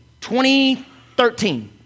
2013